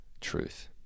truth